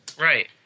Right